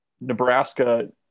Nebraska